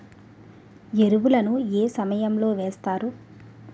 ఎరువుల ను ఏ సమయం లో వేస్తారు?